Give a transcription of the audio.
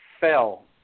fell